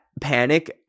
panic